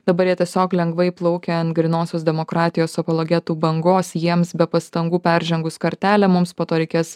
dabar jie tiesiog lengvai plaukia ant grynosios demokratijos apologetų bangos jiems be pastangų peržengus kartelę mums po to reikės